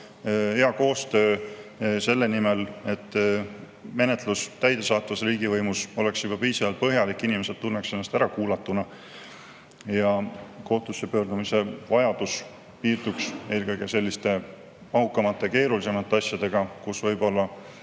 hea koostöö selle nimel, et menetlus täidesaatvas riigivõimus oleks juba piisavalt põhjalik, inimesed tunneksid ennast ära kuulatuna ja kohtusse pöördumise vajadus piirduks eelkõige selliste mahukamate, keerulisemate asjadega, kus tõde võib olla